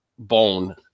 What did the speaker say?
Bone